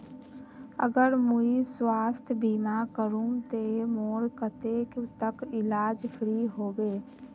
अगर मुई स्वास्थ्य बीमा करूम ते मोर कतेक तक इलाज फ्री होबे?